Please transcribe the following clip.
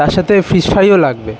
তার সাথে ফিশ ফ্রাইও লাগবে